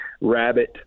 Rabbit